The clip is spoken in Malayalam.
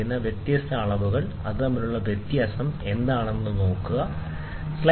വ്യത്യസ്ത അളവുകൾക്കായി നിങ്ങൾക്ക് ലഭിക്കുന്ന വ്യത്യാസം എന്താണെന്ന് നിങ്ങൾ കാണുന്നു